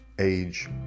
age